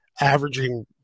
averaging –